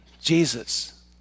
Jesus